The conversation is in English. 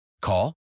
Call